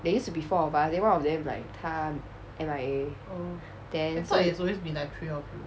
there used to be four of us then one of them is like 她 M_I_A then that